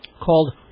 called